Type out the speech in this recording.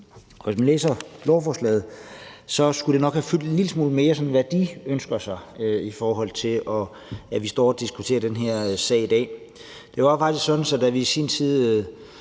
hvad de ønsker sig, skulle måske nok have fyldt en lille smule mere i beslutningsforslaget, i forhold til at vi står og diskuterer den her sag i dag. Det var faktisk sådan, at da vi i sin tid